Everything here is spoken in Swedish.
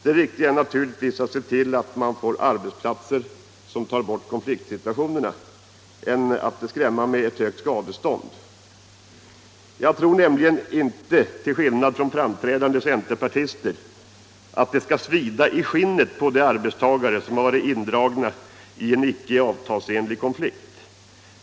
Det riktiga är att se till att man får arbetsplatser som tar bort konfliktsituationerna, inte att skrämma med ett högt skadestånd. Jag tror nämligen inte, till skillnad från framträdande centerpartister, att det skall svida i skinnet på de arbetstagare som har varit indragna i en icke avtalsenlig konflikt.